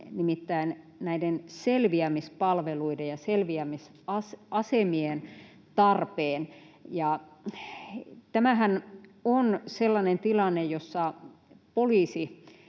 nimittäin selviämispalveluiden ja selviämisasemien tarpeen. Tämähän on sellainen tilanne, jossa poliisi